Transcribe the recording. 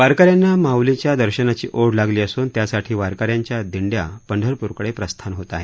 वारकऱ्यांना माऊलींच्या दर्शनाची ओढ लागली असूनत्यासाठी वारकऱ्यांच्या दिंड्यां पंढरपूर कडे प्रस्थान होत आहे